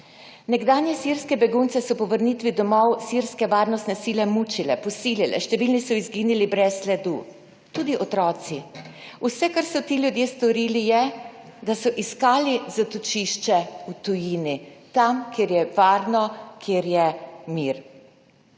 Nekdanje sirske begunce so po vrnitvi domov sirske varnostne sile mučile, posilile, številni so izginili brez sledu. Tudi otroci. Vse, kar so ti ljudje storili je, da so iskali zatočišče v tujini, tam kjer je varno, kjer je mir.